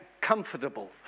comfortable